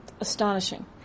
astonishing